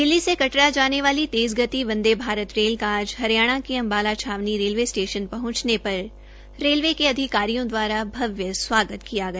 दिल्ली से कटरा जाने वाली तेज़ गति बंदे भारत रेल का आज हरियाणा के अम्बाला छावनी रेलवे स्टेशन पहंचने पर रेलवे अधिकारियों द्वारा भव्य स्वागत किया गया